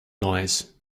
noise